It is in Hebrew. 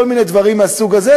וכל מיני דברים מהסוג הזה,